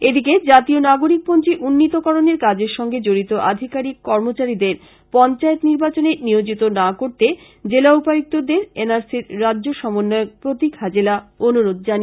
এদিকে জাতীয় নাগরীপঞ্জী উন্নীতকরনের কাজের সঙ্গে জড়িত আধিকারিক কর্মচারীদের পঞ্চায়েত নির্বাচনে নিয়োজিত না করতে জেলা উপায়ুক্তদের এনআরসির রাজ্য সমন্বয়ক প্রতীক হাজেলা অনুরোধ জানিয়েছেন